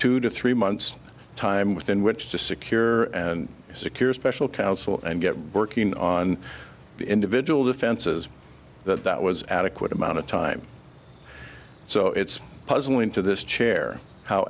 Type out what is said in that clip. two to three months time within which to secure and secure special counsel and get working on individual defenses that that was adequate amount of time so it's puzzling to this chair how